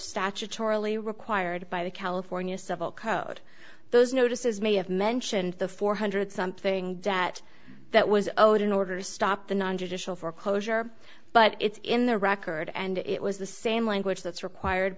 statutorily required by the california civil code those notices may have mentioned the four hundred something debt that was owed in order to stop the non judicial foreclosure but it's in the record and it was the same language that's required